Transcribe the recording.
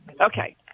Okay